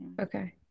Okay